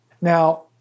Now